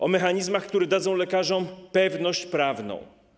O mechanizmach, które dadzą lekarzom pewność prawną.